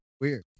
Weird